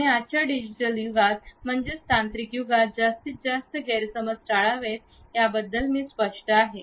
आणि आजच्या डिजिटल युगात म्हणजेच तांत्रिक युगातजास्तीत जास्त गैरसमज टाळावेत याबद्दल मी स्पष्ट आहे